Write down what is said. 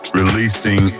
releasing